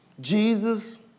Jesus